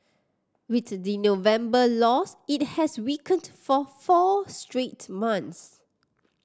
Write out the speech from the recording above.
with the November loss it has weakened for four straight months